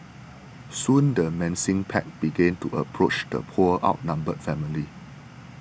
soon the menacing pack began to approach the poor outnumbered family